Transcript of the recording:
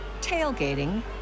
tailgating